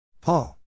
Paul